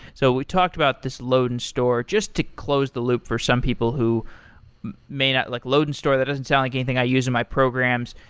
so we talked about this load and store. just to close the loop for something people who may not like load and store. that doesn't sound like anything i use in my programs.